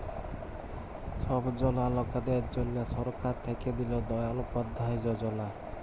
ছব জলা লকদের জ্যনহে সরকার থ্যাইকে দিল দয়াল উপাধ্যায় যজলা